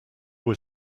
were